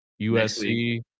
USC